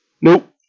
Nope